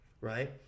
right